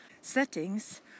settings